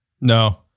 No